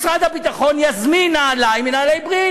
משרד הביטחון יזמין נעליים מנעלי "בריל".